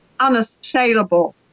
unassailable